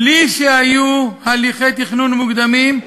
בלי שהיו הליכי תכנון מוקדמים,